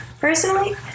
personally